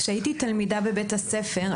כשהייתי תלמידה בבית הספר,